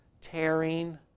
tearing